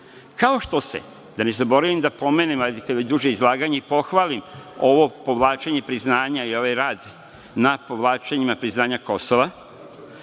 što se, da ne zaboravim da pomenem, hajde kad je već duže izlaganje, i pohvalim ovo povlačenje priznanja i ovaj rad na povlačenjima priznanja Kosova.